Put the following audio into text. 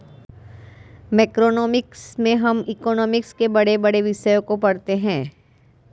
macroeconomics में हम economics के बड़े बड़े विषयों को पढ़ते हैं